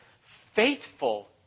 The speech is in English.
faithful